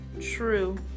True